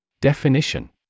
Definition